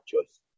choice